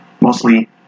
mostly